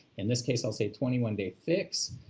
in this case, i'll say twenty one day fix.